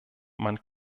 man